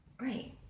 right